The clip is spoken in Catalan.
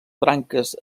branques